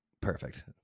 perfect